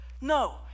No